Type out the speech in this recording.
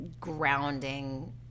grounding